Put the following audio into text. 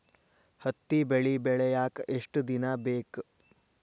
ಹತ್ತಿ ಬೆಳಿ ಬೆಳಿಯಾಕ್ ಎಷ್ಟ ದಿನ ಬೇಕ್?